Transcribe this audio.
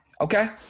Okay